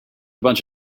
bunch